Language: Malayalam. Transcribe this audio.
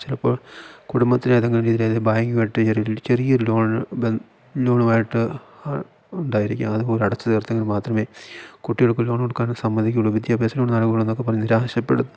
ചിലപ്പോൾ കുടുംബത്തിനേതെങ്കിലും രീതിയിൽ ബാങ്കുമായിട്ട് ചെറിയൊരു ചെറിയൊരു ലോണ് ലോണുമായിട്ട് ഉണ്ടായിരിക്കാം അതുപോലും അടച്ചു തീർത്തെങ്കില് മാത്രമേ കുട്ടികൾക്ക് ലോണ് കൊടുക്കാൻ സമ്മതിക്കുകയുള്ളൂ വിദ്യാഭ്യാസ ലോണ് നൽകുള്ളു എന്നൊക്കെ പറഞ്ഞു നിരാശപ്പെട്